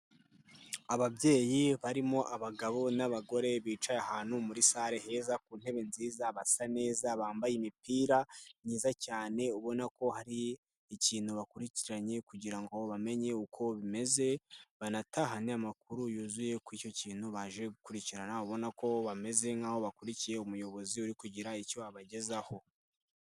Ababyeyi barimo abagabo n'abagore bicaye ahantu muri sale heza, ku ntebe nziza, basa neza, bambaye imipira myiza cyane. Ubona ko hari ikintu bakurikiranye kugira ngo bamenye uko bimeze, banatahane amakuru yuzuye ku icyo kintu baje gukurikirana. Ubona ko bameze nkaho bakurikiye umuyobozi urikugira icyo abagezaho.